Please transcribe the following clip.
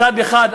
מצד אחד,